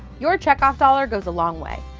your checkoff dollar goes a long way.